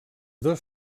dos